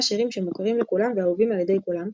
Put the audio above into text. שירים שמוכרים לכולם ואהובים על ידי כולם,